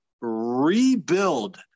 rebuild